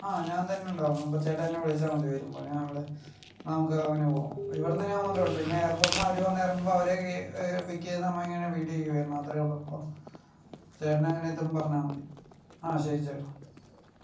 ആ ഞാൻ തന്നെ ഉണ്ടാകും അപ്പോൾ ചേട്ടൻ എന്നെ വിളിച്ചാൽ മതി വരുമ്പോൾ ഞാൻ ഇവിടെ നമുക്ക് അങ്ങനെ പോകാം ഇവിടുന്ന് ഞാൻ മാത്രേള്ളൂ പിന്നെ എയർപോർട്ടിന്ന് അവര് വന്നിറങ്ങുമ്പോ അവരെ പിക്ക് ചെയ്ത് നമുക്ക് ഇങ്ങനെ വീട്ടിലേക്ക് വരണം അത്രേള്ളൂ അപ്പോൾ ചേട്ടൻ അങ്ങനെ എത്തുമ്പോൾ പറഞ്ഞാൽ മതി ആ ശരി ചേട്ടാ